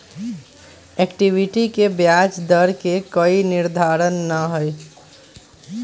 equity के ब्याज दर के कोई निर्धारण ना हई